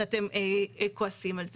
שאתם כועסים על זה?